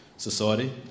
society